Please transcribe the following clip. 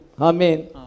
Amen